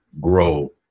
grow